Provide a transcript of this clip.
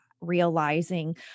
realizing